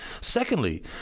Secondly